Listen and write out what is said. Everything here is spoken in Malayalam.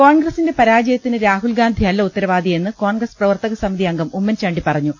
കോൺഗ്രസിന്റെ പരാജയത്തിന് രാഹുൽഗാന്ധിയല്ല ഉത്തരവാ ദിയെന്ന് കോൺഗ്രസ് പ്രവർത്തകസമിതി അംഗം ഉമ്മൻചാണ്ടി പറഞ്ഞു